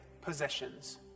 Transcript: possessions